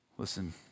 Listen